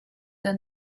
down